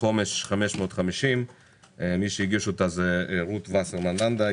החומש 550. הגישו את הבקשה רות וסרמן לנדה,